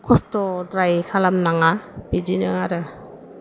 खस्थ'द्राय खालामनाङा बिदिनो आरो